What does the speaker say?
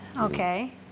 Okay